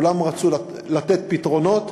כולם רצו לתת פתרונות.